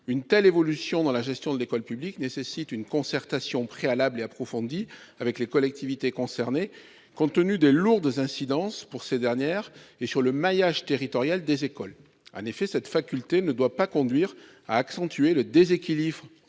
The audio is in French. Une telle évolution dans la gestion de l'école publique nécessite une concertation préalable et approfondie avec les collectivités territoriales concernées, compte tenu de ses lourdes incidences pour celles-ci comme sur le maillage territorial de l'école. Une telle faculté ne doit pas conduire à accentuer le déséquilibre